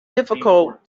difficult